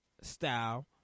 style